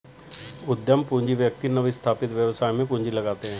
उद्यम पूंजी व्यक्ति नवस्थापित व्यवसाय में पूंजी लगाते हैं